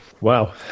Wow